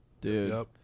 Dude